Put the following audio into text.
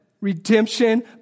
Redemption